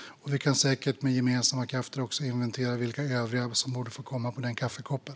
Vi kan säkert med gemensamma krafter inventera vilka övriga som borde få komma på den kaffekoppen.